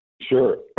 Sure